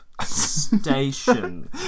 station